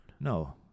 No